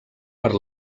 per